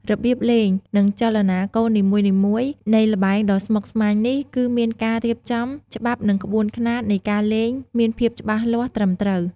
របៀបលេង និងចលនាកូននីមួយៗ នៃល្បែងដ៏ស្មុគស្មាញនេះគឺមានការរៀបចំ ច្បាប់និងក្បួនខ្នាតនៃការលេងមានភាពច្បាស់លាស់ត្រឹមត្រូវ។